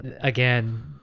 again